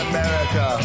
America